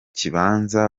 kibanza